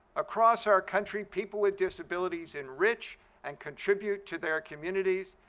across our country, people with disabilities enrich and contribute to their communities,